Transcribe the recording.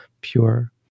pure